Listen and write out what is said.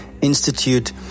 Institute